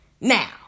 Now